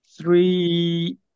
three